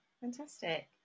fantastic